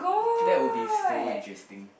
that will be so interesting